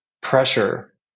pressure